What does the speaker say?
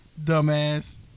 dumbass